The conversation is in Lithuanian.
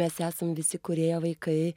mes esam visi kūrėjo vaikai